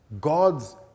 God's